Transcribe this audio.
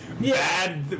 bad